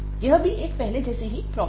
यह भी एक पहले जैसी ही प्रॉब्लम है